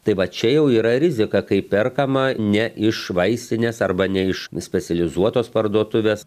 tai va čia jau yra rizika kai perkama ne iš vaistinės arba ne iš specializuotos parduotuvės